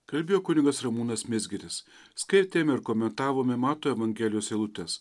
kalbėjo kunigas ramūnas mizgiris skaitėm ir komentavome mato evangelijos eilutes